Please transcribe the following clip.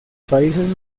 países